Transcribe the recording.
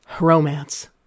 Romance